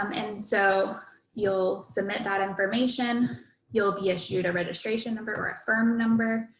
um and so you'll submit that information you'll be issued a registration number or a firm number,